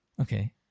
Okay